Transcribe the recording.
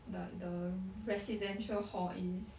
like the residential hall is